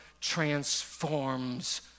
transforms